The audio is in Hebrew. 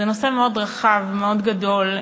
זה נושא מאוד רחב ומאוד גדול,